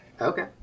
Okay